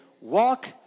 walk